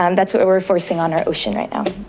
and that's what we're forcing on our ocean right now.